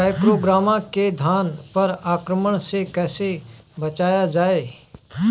टाइक्रोग्रामा के धान पर आक्रमण से कैसे बचाया जाए?